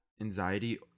anxiety